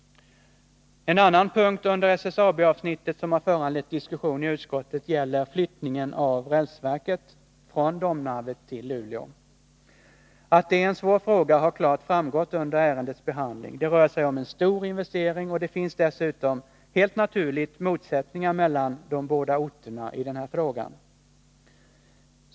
En annan punkt under SSAB-avsnittet som har föranlett diskussion i utskottet gäller flyttningen av rälsverket från Domnarvet till Luleå. Att det är en svår fråga har klart framgått under ärendets behandling. Det rör sig om en stor investering, och det finns dessutom helt naturligt motsättningar mellan de båda orterna i den här frågan.